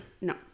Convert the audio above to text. No